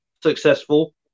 successful